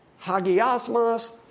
Hagiasmas